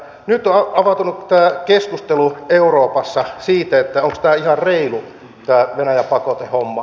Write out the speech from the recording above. nyt on avautunut keskustelu euroopassa siitä onko tämä ihan reilu tämä venäjä pakotehomma